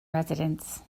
residents